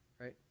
right